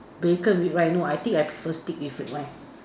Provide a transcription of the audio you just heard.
bacon with wine no I think I prefer steak with red wine